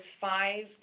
five